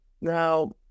Now